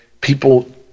people